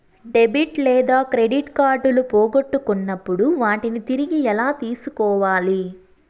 debit లేదా credit కార్డులు పోగొట్టుకున్నప్పుడు వాటిని తిరిగి ఎలా తీసుకోవాలి